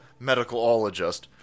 medicalologist